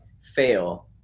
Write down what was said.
fail